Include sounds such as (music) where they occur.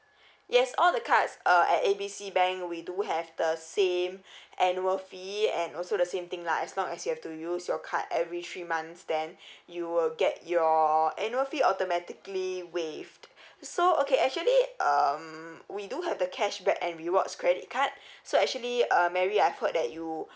(breath) yes all the cards uh at A B C bank we do have the same (breath) annual fee and also the same thing lah as long as you have to use your card every three months then (breath) you will get your annual fee automatically waived (breath) so okay actually um we do have the cashback and rewards credit card (breath) so actually uh mary I heard that you (breath)